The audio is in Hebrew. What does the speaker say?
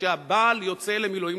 כשהבעל יוצא למילואים.